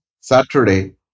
Saturday